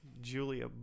Julia